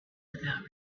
without